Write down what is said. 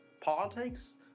politics